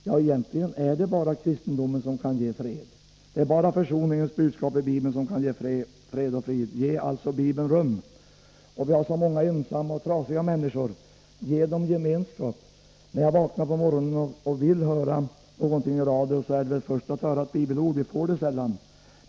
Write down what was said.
Ja, egentligen är det bara kristendomen som kan ge fred. Det är bara försoningens budskap i Bibeln som kan ge fred och frid. Ge alltså Bibeln rum. Vi har så många ensamma och trasiga människor, ge dem gemenskap. När jag vaknar på morgonen och vill höra någonting i radion är det första jag skulle önska ett bibelord, men jag får det sällan.